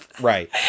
Right